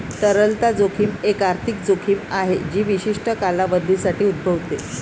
तरलता जोखीम एक आर्थिक जोखीम आहे जी विशिष्ट कालावधीसाठी उद्भवते